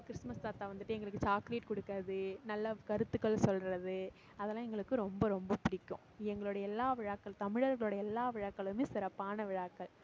Christmas தாத்தா வந்துவிட்டு எங்களுக்கு சாக்லேட் கொடுக்கறது நல்ல கருத்துகள் சொல்வது அதல்லாம் எங்களுக்கு ரொம்ப ரொம்ப பிடிக்கும் எங்களுடைய எல்லா விழாக்கள் தமிழர்கள்ளோட எல்லா விழாக்களும் சிறப்பான விழாக்கள்